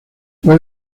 fue